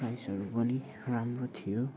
प्राइसहरू पनि राम्रो थियो